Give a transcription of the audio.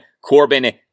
Corbin